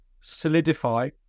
solidify